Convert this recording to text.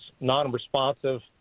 non-responsive